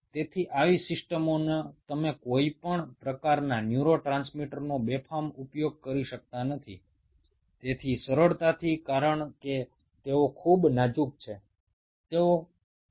এই ধরনের সিস্টেমে তুমি যথেচ্ছভাবে যেকোনো ধরনের নিউরোট্রান্সমিটার যোগ করে দিতে পারো না কারণ নিউরনগুলো অত্যন্ত ভঙ্গুর হয়